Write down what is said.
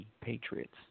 Patriots